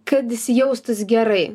kad jis jaustųs gerai